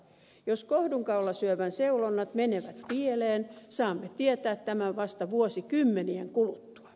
jos kohdunkaulan syövän seulonnat menevät pieleen saamme tietää tämän vasta vuosikymmenien kuluttua